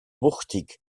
wuchtig